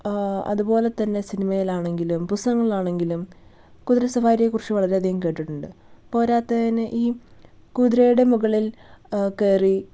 അതുപോലെ തന്നെ സിനിമയിൽ ആണെങ്കിലും പുസ്തകങ്ങളിൽ ആണെങ്കിലും കുതിരസവാരിയെ കുറിച്ച് വളരെയധികം കേട്ടിട്ടുണ്ട് പോരാത്തതിന് ഈ കുതിരയുടെ മുകളിൽ കയറി